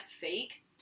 fake